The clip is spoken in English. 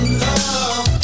love